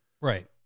right